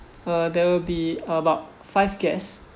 uh there will be about five guests